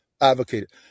advocated